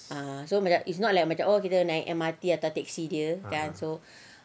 ah so macam is not like macam oh kita naik M_R_T atau taxi dia kan so